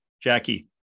Jackie